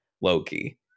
Loki